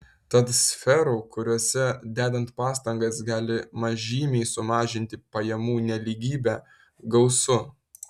tad sferų kuriose dedant pastangas galima žymiai sumažinti pajamų nelygybę gausu